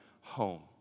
home